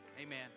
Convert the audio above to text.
Amen